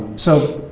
so,